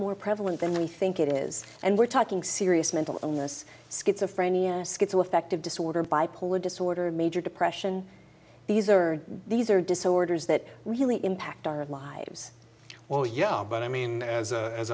more prevalent than we think it is and we're talking serious mental illness schizophrenia schizoaffective disorder bipolar disorder major depression these are these are disorders that really impact our lives well yeah but i mean as a as